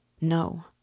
No